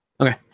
Okay